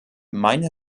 meine